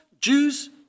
Jews